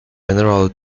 general